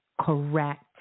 correct